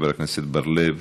חבר הכנסת בר-לב,